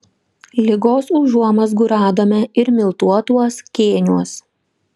ligos užuomazgų radome ir miltuotuos kėniuos